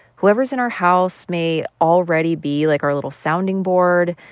whoever is in our house may already be, like, our little sounding board.